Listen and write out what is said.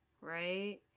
right